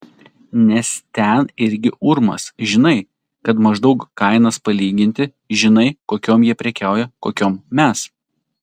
nes ten irgi urmas žinai kad maždaug kainas palyginti žinai kokiom jie prekiauja kokiom mes